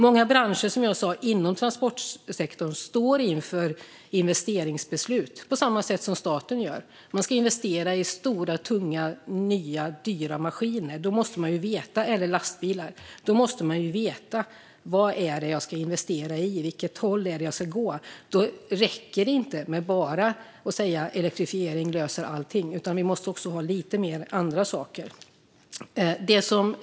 Många branscher inom transportsektorn står inför investeringsbeslut, på samma sätt som staten gör. Man ska investera i stora, tunga, nya och dyra maskiner eller lastbilar. Då måste man veta vad det är man ska investera i och åt vilket håll man ska gå. Då räcker det inte att bara säga att elektrifiering löser allting, utan vi måste ha med lite andra saker också.